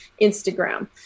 instagram